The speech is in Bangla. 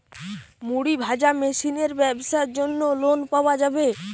মুড়ি ভাজা মেশিনের ব্যাবসার জন্য লোন পাওয়া যাবে?